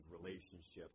relationships